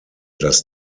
dass